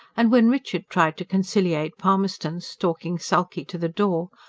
and when richard tried to conciliate palmerston stalking sulky to the door,